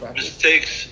mistakes